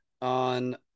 on